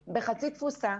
שנמצא בחצי תפוסה,